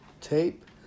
tape